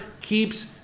keeps